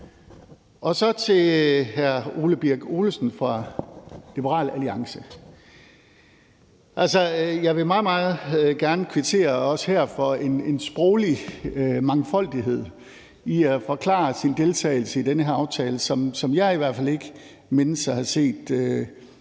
Og så til hr. Ole Birk Olesen fra Liberal Alliance. Altså, jeg vil meget, meget gerne også her kvittere for en sproglig mangfoldighed i at forklare sin deltagelse i den her aftale, som jeg i hvert fald ikke mindes at have set